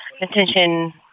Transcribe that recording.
Attention